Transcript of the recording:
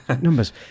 Numbers